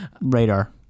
radar